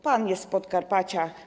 Pan jest z Podkarpacia.